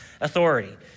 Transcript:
authority